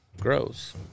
gross